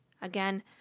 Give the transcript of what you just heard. Again